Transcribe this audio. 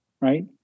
right